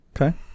Okay